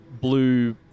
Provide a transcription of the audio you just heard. blue